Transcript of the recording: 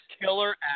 killer